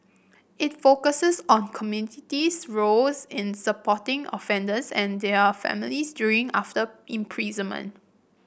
it focuses on community's roles in supporting offenders and their families during after imprisonment